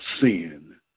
sin